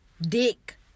dick